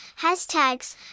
hashtags